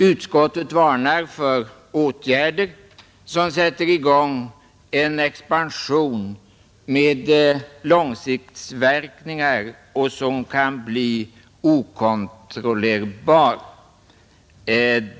Utskottet varnar för åtgärder vilka sätter i gång en expansion som har långtidsverkningar och som kan bli okontrollerbar.